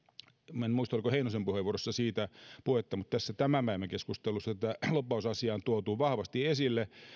minä en nyt muista oliko heinosen puheenvuorossa siitä puhetta mutta tässä tämän päivän keskustelussa tätä lobbausasiaa on tuotu vahvasti esille